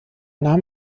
nahm